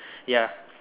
ya